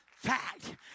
fact